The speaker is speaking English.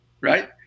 right